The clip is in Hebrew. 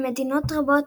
במדינות רבות,